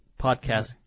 podcast